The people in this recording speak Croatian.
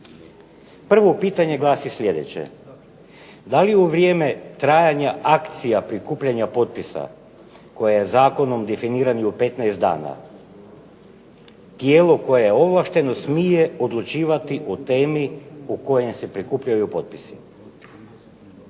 Prvo pitanje glasi sljedeće: DA li u vrijeme trajanja akcija prikupljanja potpisa koja je Zakonom definirana u 15 dana, tijelo koje je ovlašteno smije odlučivati o temi o kojoj se prikupljaju potpisi?